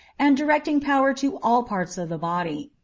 and directing power to all parts of the body.